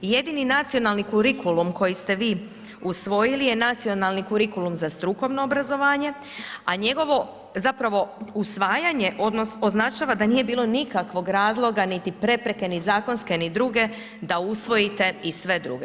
Jedini nacionalni kurikulum koji ste vi usvojili je nacionalni kurikulum za strukovno obrazovanje, a njegovo zapravo usvajanje označava da nije bilo nikakvog razloga, niti prepreke, ni zakonske ni druge da usvojite i sve druge.